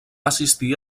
assistir